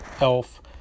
elf